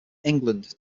england